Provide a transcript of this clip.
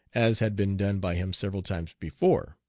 as had been done by him several times before.